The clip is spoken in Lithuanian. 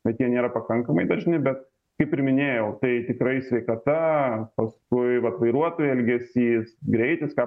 kad jie nėra pakankamai dažni bet kaip ir minėjau tai tikrai sveikata paskui vat vairuotojo elgesys greitis ką